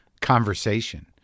conversation